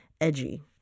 edgy